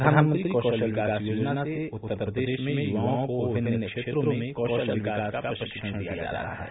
प्रधानमंत्री कौशल विकास योजना से उत्तर प्रदेश में युवाओं को विभिन्न क्षेत्रों में कौशल विकास का प्रशिक्षण दिया जा रहा है